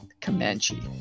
Comanche